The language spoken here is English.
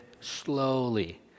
slowly